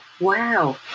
Wow